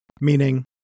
meaning